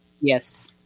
yes